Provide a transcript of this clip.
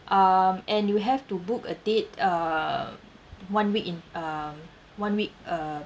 um and you have to book a date uh one week in um one week uh